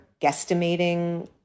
guesstimating